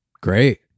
great